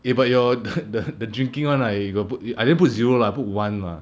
eh but your the the the drinking one right you got put I didn't put zero lah I put [one] lah